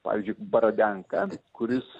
pavyzdžiui barodenką kuris